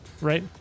right